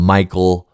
Michael